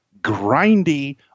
grindy